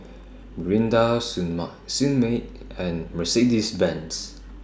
Mirinda Sunmaid and Mercedes Benz